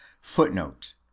Footnote